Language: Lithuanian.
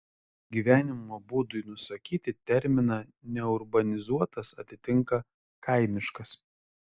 gyvenimo būdui nusakyti terminą neurbanizuotas atitinka kaimiškas